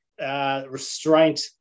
Restraint